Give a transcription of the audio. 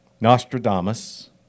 Nostradamus